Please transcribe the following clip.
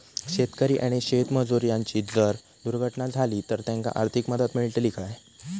शेतकरी आणि शेतमजूर यांची जर दुर्घटना झाली तर त्यांका आर्थिक मदत मिळतली काय?